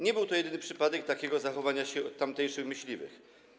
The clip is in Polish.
Nie był to jedyny przypadek takiego zachowania się tamtejszych myśliwych.